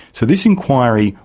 so this inquiry,